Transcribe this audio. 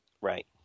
Right